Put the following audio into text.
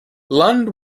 lund